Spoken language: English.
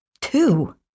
Two